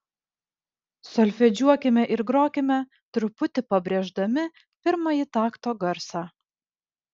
solfedžiuokime ir grokime truputį pabrėždami pirmąjį takto garsą